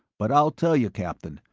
but i'll tell you, captain,